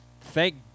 thank